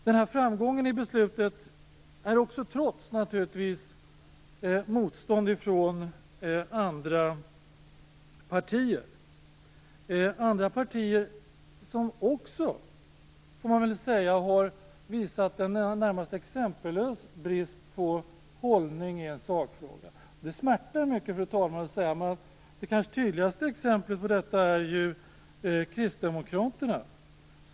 Den här framgången har naturligtvis också kommit trots motstånd ifrån andra partier. Dessa andra partier har också visat en närmast exempellös brist på hållning i en sakfråga. Det smärtar mycket att säga detta, fru talman, men det kanske tydligaste exemplet är ju Kristdemokraterna.